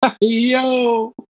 Yo